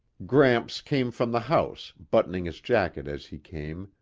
gramps came from the house, buttoning his jacket as he came,